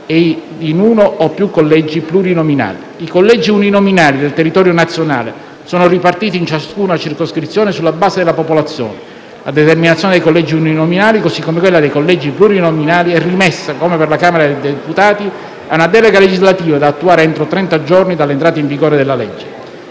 e in uno o più collegi plurinominali. I collegi uninominali del territorio nazionale sono ripartiti in ciascuna circoscrizione sulla base della popolazione; la determinazione dei collegi uninominali - così come quella dei collegi plurinominali - è rimessa, come per la Camera dei deputati, a una delega legislativa da attuare entro 30 giorni dall'entrata in vigore della legge.